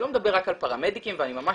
ואני לא מדבר רק על פרמדיקים,